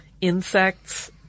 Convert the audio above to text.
insects